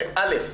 א.